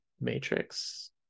matrix